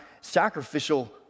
sacrificial